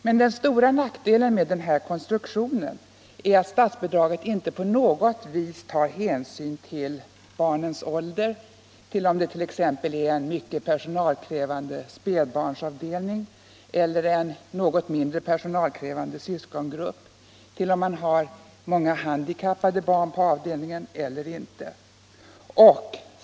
Men den stora nackdelen med denna konstruktion är att statsbidraget inte på något sätt tar hänsyn till barnens ålder, till om det 1. ex. är fråga om en mycket personalkrävande spädbarnsavdelning eller en något mindre personalkrävande syskongrupp, till om man har handikappade barn på avdelningen eller inte.